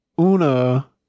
Una